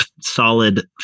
solid